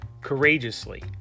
Courageously